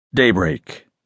Daybreak